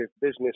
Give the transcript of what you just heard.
business